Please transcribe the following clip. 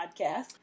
podcast